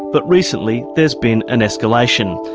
but recently there's been an escalation.